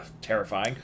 Terrifying